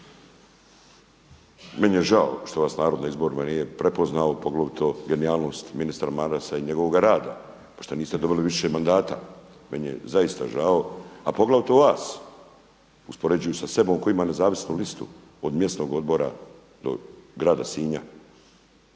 Meni je žao što vas narod na izborima nije prepoznao, poglavito genijalnost ministra Marasa i njegovoga rada i pošto niste dobili više mandata, meni je zaista žao. A poglavito vas uspoređujući sa sobom koji imam nezavisnu listu od mjesnog odbora do grada Sinja.